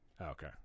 Okay